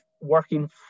working